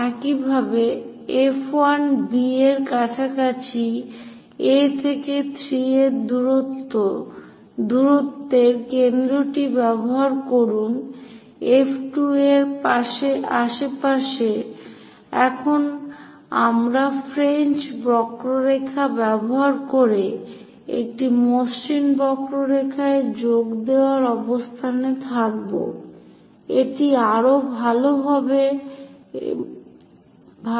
একইভাবে F1 B এর কাছাকাছি Aথেকে 3 দূরত্বের কেন্দ্রটি ব্যবহার করুন F2 এর আশেপাশে এখন আমরা ফ্রেঞ্চ বক্ররেখা ব্যবহার করে একটি মসৃণ বক্ররেখায় যোগ দেওয়ার অবস্থানে থাকব এটি আরও ভাল হবে এবং তাই